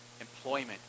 employment